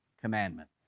Commandment